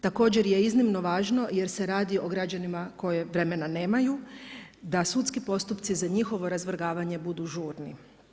Također je iznimno važno jer se radi o građanima koji vremena nemaju, da sudski postupci za njihovo razvrgavanje budu žurni.